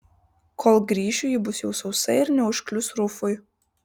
kol grįšiu ji bus jau sausa ir neužklius rufui